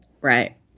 Right